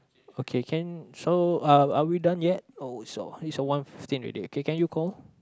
okay can show uh are we done yet oh so it's one fifteen already okay can you call